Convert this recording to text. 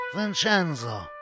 Vincenzo